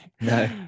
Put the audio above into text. No